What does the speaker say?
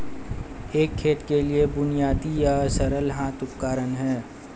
एक खेत के लिए बुनियादी या सरल हाथ उपकरण क्या हैं?